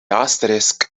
asterisk